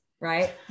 Right